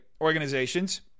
organizations